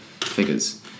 figures